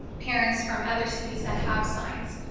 parents from other cities that have signs.